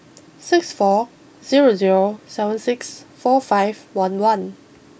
six four zero zero seven six four five one one